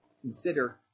Consider